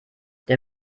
der